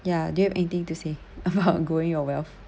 ya do you have anything to say about growing your wealth